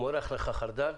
הוא מורח לך חרדל,